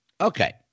Okay